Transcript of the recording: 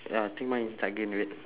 ya I think mine is dark green wait